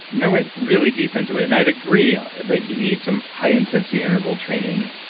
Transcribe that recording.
i went really deep into it. and i agree that you need some high intensity interval training,